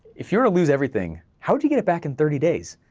if you were to loose everything, how would you get it back in thirty days,